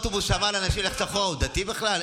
נהג האוטובוס שאמר לנשים ללכת אחורה הוא דתי בכלל?